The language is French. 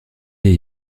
des